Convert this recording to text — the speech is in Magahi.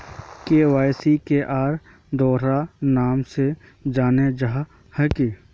के.वाई.सी के आर दोसरा नाम से जानले जाहा है की?